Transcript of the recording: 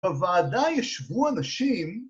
בוועדה ישבו אנשים